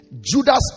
Judas